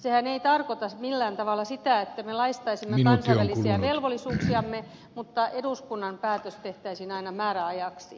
sehän ei tarkoita millään tavalla sitä että me laistaisimme kansainväliset velvollisuutemme mutta eduskunnan päätös tehtäisiin aina määräajaksi